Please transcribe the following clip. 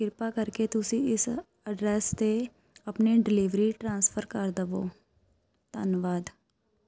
ਕਿਰਪਾ ਕਰਕੇ ਤੁਸੀਂ ਇਸ ਐਡਰੈਸ 'ਤੇ ਆਪਣੀ ਡਿਲੀਵਰੀ ਟਰਾਂਸਫਰ ਕਰ ਦੇਵੋ ਧੰਨਵਾਦ